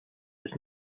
its